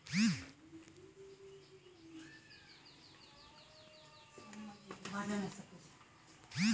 IFSC code खाता के साथे बैंको के तरफो से देलो जाय छै